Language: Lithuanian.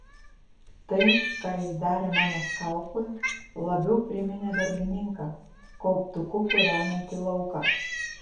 tai ką jis darė mano skalpui labiau priminė darbininką kauptuku purenantį lauką